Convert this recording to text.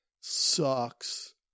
Sucks